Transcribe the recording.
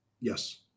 Yes